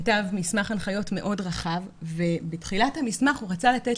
כתב מסמך הנחיות מאוד רחב ובתחילת המסמך הוא רצה לתת